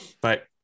but-